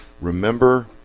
remember